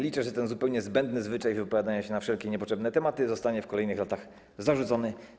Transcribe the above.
Liczę, że ten zupełnie zbędny zwyczaj wypowiadania się na wszelkie niepotrzebne tematy zostanie w kolejnych latach zarzucony.